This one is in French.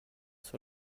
sur